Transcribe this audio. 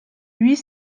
huit